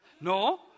No